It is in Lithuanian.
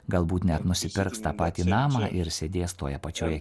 galbūt net nusipirks tą patį namą ir sėdės toje pačioj